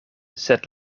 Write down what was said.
sed